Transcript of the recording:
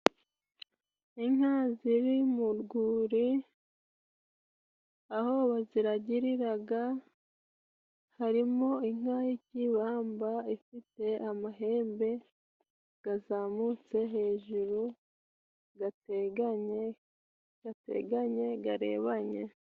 inka ziri mu rwuri aho baziragiriraga, harimo inka y'ikibamba ifite amahembe gazamutse hejuru gateganye, gateganye, garebanye.